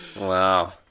Wow